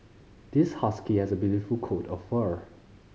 this husky has a beautiful coat of fur